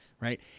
Right